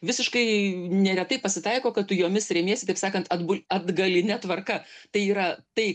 visiškai neretai pasitaiko kad tu jomis remiesi taip sakant atbul atgaline tvarka tai yra tai